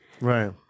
Right